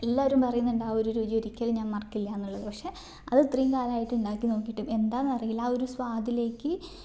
എല്ലാരും പറയുന്നുണ്ട് ആ ഒരു രുചി ഒരിക്കലും ഞാൻ മറക്കില്ലാന്നുള്ളത് പക്ഷേ അത് ഇത്രയും കാലായിട്ട് ഉണ്ടാക്കി നോക്കിയിട്ടും എന്താന്നറിയില്ല ആ ഒരു സ്വാദിലേക്ക്